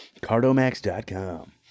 Cardomax.com